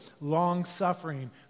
long-suffering